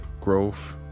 growth